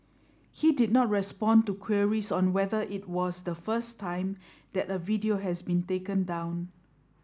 he did not respond to queries on whether it was the first time that a video has been taken down